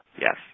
Yes